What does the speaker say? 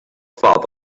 farther